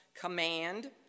command